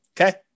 Okay